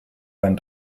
einem